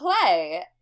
play